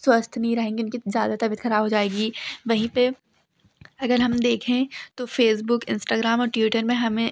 स्वस्थ नहीं रहेंगे उनकी ज़्यादा तबियत खराब हो जाएगी वहीं पर अगर हम देखें तो फ़ेसबुक इंस्टाग्राम और ट्विटर में हमें